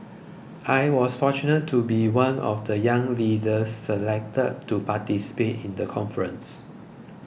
I was fortunate to be one of the young leaders selected to participate in the conference